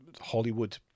Hollywood